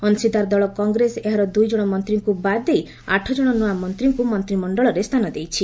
ଅଂଶିଦାର ଦଳ କଂଗ୍ରେସ ଏହାର ଦୁଇ ଜଣ ମନ୍ତ୍ରୀଙ୍କୁ ବାଦ୍ ଦେଇ ଆଠ ଜଣ ନୂଆ ମନ୍ତ୍ରୀଙ୍କୁ ମନ୍ତିମଶ୍ଚଳରେ ସ୍ଥାନ ଦେଇଛି